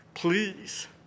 Please